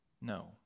no